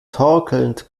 torkelnd